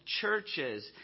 churches